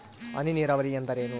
ಹನಿ ನೇರಾವರಿ ಎಂದರೇನು?